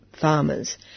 farmers